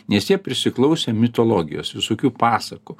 nes jie prisiklausę mitologijos visokių pasakų